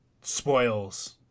spoils